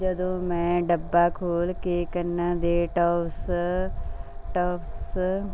ਜਦੋਂ ਮੈਂ ਡੱਬਾ ਖੋਲ੍ਹ ਕੇ ਕੰਨਾਂ ਦੇ ਟੋਪਸ ਟੋਪਸ